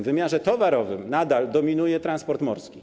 W wymiarze towarowym nadal dominuje transport morski.